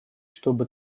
чтобы